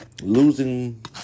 losing